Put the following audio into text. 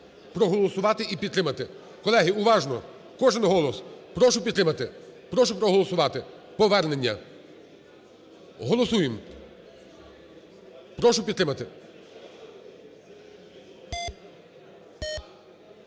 Проголосувати і підтримати. Колеги, уважно, кожний голос, прошу підтримати, прошу проголосувати – повернення. Голосуємо. Прошу підтримати.